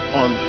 on